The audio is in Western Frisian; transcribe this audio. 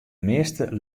measte